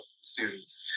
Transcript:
students